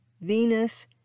Venus